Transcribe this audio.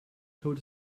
told